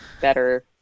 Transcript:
better